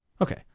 okay